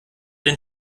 den